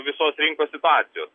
visos rinkos situacijos